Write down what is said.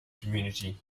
community